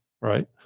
right